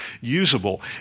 usable